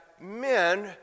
men